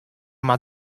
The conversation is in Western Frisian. mar